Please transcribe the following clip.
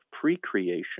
pre-creation